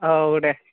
औ दे